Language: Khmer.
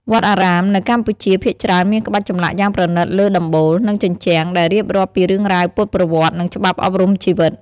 វត្តអារាមនៅកម្ពុជាភាគច្រើនមានក្បាច់ចម្លាក់យ៉ាងប្រណីតលើដំបូល និងជញ្ជាំង ដែលរៀបរាប់ពីរឿងរ៉ាវពុទ្ធប្រវត្តិ និងច្បាប់អប់រំជីវិត។